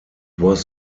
was